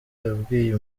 yabwiye